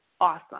awesome